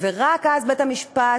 ורק אז בית-המשפט,